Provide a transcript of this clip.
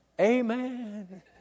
Amen